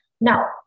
Now